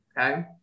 Okay